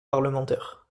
parlementaire